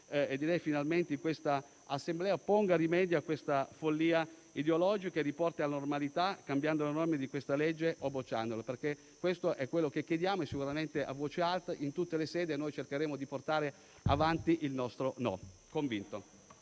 e direi anche finalmente in questa Assemblea - ponga rimedio a questa follia ideologica e riporti alla normalità cambiando le norme di questa legge o bocciandola: questo è quello che chiediamo. Sicuramente a voce alta e in tutte le sedi noi cercheremo di portare avanti il nostro convinto